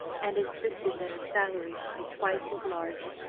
and insisted that her salary should be twice as large.